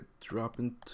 dropping